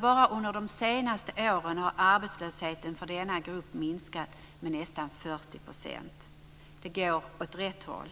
Bara under de senaste åren har alltså arbetslösheten för den här gruppen minskat med nästan 40 %. Det går åt rätt håll.